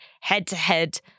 head-to-head